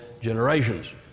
generations